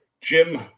Jim